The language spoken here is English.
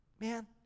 Man